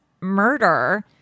murder